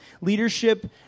Leadership